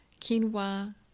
quinoa